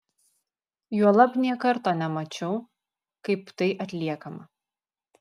juolab nė karto nemačiau kaip tai atliekama